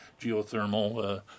geothermal